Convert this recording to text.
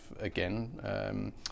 again